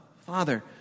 father